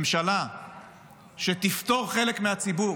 ממשלה שתפטור חלק מהציבור